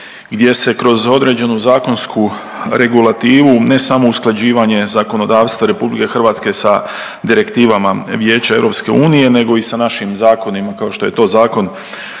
gdje se kroz određenu zakonsku regulativu ne samo usklađivanje zakonodavstva RH sa direktivama Vijeća EU nego i sa našim zakonima, kao što je to Zakon